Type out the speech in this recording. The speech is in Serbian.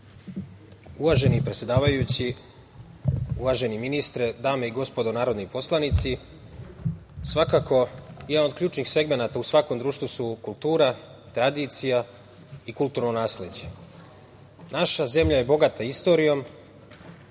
Uvaženi predsedavajući, uvaženi ministre, dame i gospodo narodni poslanici, svakako jedan od ključnih segmenata u svakom društvu su kultura, tradicija i kulturno nasleđe. Naša zemlja je bogata istorijom